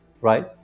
right